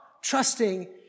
trusting